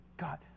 God